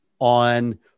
on